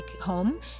home